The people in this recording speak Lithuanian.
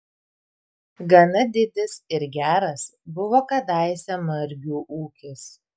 gana didis ir geras buvo kadaise margių ūkis